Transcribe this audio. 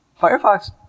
Firefox